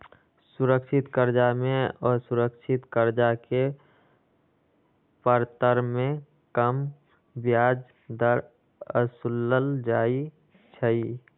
सुरक्षित करजा में असुरक्षित करजा के परतर में कम ब्याज दर असुलल जाइ छइ